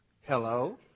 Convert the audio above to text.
Hello